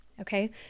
Okay